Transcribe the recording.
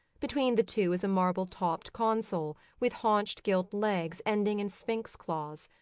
between the two is a marble-topped console, with haunched gilt legs ending in sphinx claws.